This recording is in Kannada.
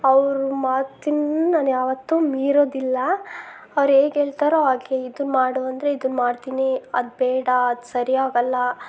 ಅವ್ರ ಮಾತನ್ನ ನಾನು ಯಾವತ್ತೂ ಮೀರೋದಿಲ್ಲ ಅವ್ರು ಹೇಗ್ ಹೇಳ್ತಾರೋ ಹಾಗೆ ಇದನ್ನ ಮಾಡು ಅಂದರೆ ಇದನ್ನ ಮಾಡ್ತೀನಿ ಅದು ಬೇಡ ಅದು ಸರಿ ಆಗೋಲ್ಲ